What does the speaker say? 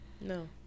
no